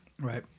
right